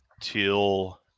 till